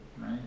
right